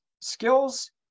skills